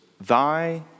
thy